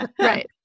Right